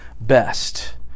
best